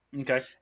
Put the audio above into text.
Okay